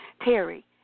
Terry